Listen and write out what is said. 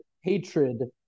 hatred